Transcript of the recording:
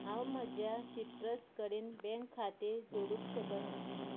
हांव म्हज्या सिट्रस कडेन बँक खातें जोडूंक शकना